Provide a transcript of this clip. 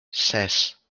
ses